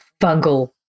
fungal